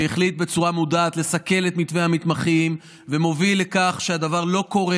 שהחליט בצורה מודעת לסכל את מתווה המתמחים ומוביל לכך שהדבר לא קורה.